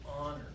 honor